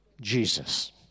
Jesus